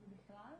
ובכלל.